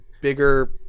bigger